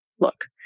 look